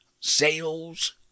sales